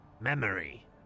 Memory